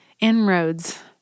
inroads